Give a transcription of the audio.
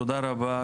תודה רבה,